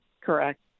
Correct